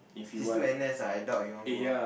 he still n_s ah I doubt he want go ah